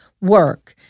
work